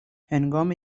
هنگام